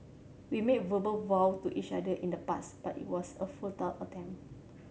we made verbal vow to each other in the past but it was a futile attempt